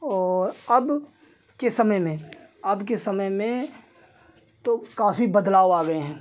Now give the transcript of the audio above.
और अब के समय में अब के समय में तो काफ़ी बदलाव आ गए हैं